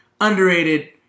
Underrated